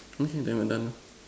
okay then we're done lor